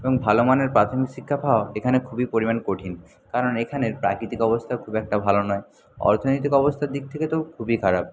এবং ভালো মানের প্রাথমিক শিক্ষা পাওয়া এখানে খুবই পরিমাণ কঠিন কারণ এখানের প্রাকৃতিক অবস্থা খুব একটা ভালো নয় অর্থনৈতিক অবস্থার দিক থেকে তো খুবই খারাপ